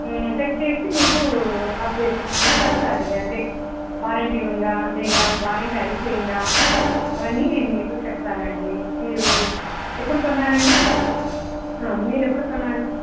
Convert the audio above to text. check చేసి మీకు update మీకు చెప్తానండి అంటే వారంటీ ఉందా లేదా వారంటీ అయిపోయిందా అవన్నీ నేను మీకు చెప్తానండి మీరు ఎప్పుడు కొన్నారండి మీరు ఎప్పుడు కొన్నారు